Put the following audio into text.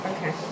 Okay